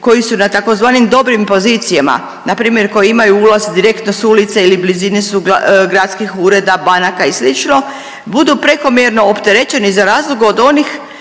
koji su na tzv. dobrim pozicijama na primjer koji imaju ulaz direktno s ulice ili blizini su gradskih ureda, banaka i slično budu prekomjerno opterećeni za razliku od onih